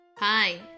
Hi